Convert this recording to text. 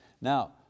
Now